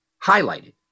highlighted